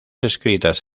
escritas